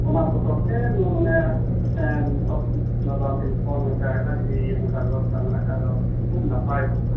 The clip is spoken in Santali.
ᱚᱱᱟ ᱵᱚᱛᱚᱨᱛᱮ ᱱᱚᱣᱟ ᱢᱟᱱᱮ ᱱᱚᱣᱟ ᱫᱚ ᱟᱢᱴᱷᱮᱱ ᱤᱧ ᱯᱷᱚᱱ ᱠᱟᱜᱼᱟ ᱡᱩᱫᱤ ᱱᱚᱝᱠᱟ ᱵᱮᱵᱚᱥᱛᱟ ᱢᱮᱱᱟᱜ ᱠᱷᱟᱡ ᱫᱚ ᱠᱷᱩᱵ ᱱᱟᱯᱟᱭ ᱠᱚᱜᱼᱟ